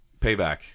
payback